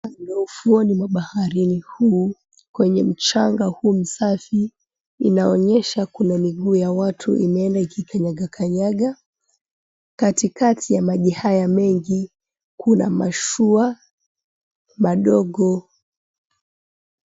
Ufuoni mwa baharini hii kwenye mchanga huu safi inaonyesha kuwa kuna miguu ya watu imeenda ikikanyagakanyaga. Katikati ya maji haya mengi kuna mashua ndogo.